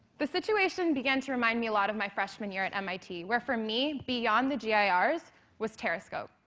the situation began to remind me a lot of my freshman year at mit, where for me beyond the yeah ah girs was terrascope.